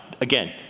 Again